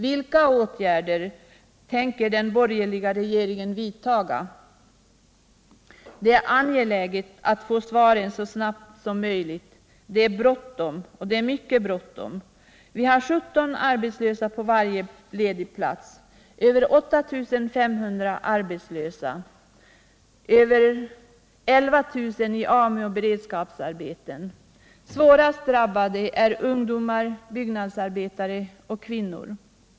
Vilka åtgärder tänker den borgerliga regeringen vidta? Det är angeläget att få svaren så snabbt som möjligt. Det är bråttom, mycket bråttom. Vi har 17 arbetslösa på varje ledig plats, totalt över 8 500 arbetslösa, drygt 11 000 i AMU och beredskapsarbeten, svårast drabbade är ungdomar, byggnadsarbetare och kvinnor.